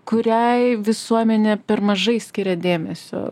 kuriai visuomenė per mažai skiria dėmesio